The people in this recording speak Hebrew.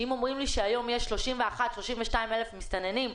אם אומרים לי שהיום יש 32,000-31,000 מסתננים,